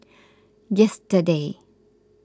yesterday